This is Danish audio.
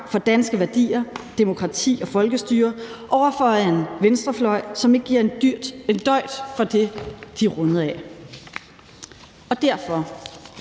for danske værdier, demokrati og folkestyre over for en venstrefløj, som ikke giver en døjt for det, de er rundet af. Det er derfor,